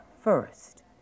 first